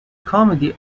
comedy